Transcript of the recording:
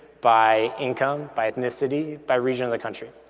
by income, by ethnicity, by region of the country.